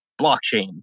blockchain